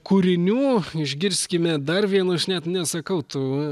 kūrinių išgirskime dar vieną aš net nesakau tų